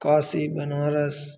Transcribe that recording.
Kashi Banaras